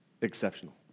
exceptional